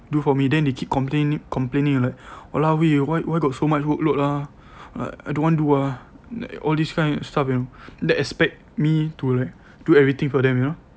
do for me then they keep complaining complaining you know like !walao! eh why why got so much workload ah ah I don't want do ah like all these kind of stuff you know then expect me to like do everything for them you know